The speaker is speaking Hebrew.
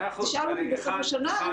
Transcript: תשאל אותי בסוף השנה,